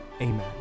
Amen